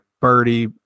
birdie